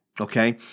okay